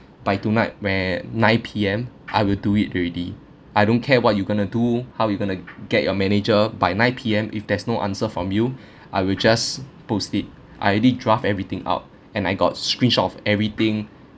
by tonight when nine P_M I will do it already I don't care what you going to do how you going to get your manager by nine P_M if there's no answer from you I will just post it I already draft everything out and I got screenshot of everything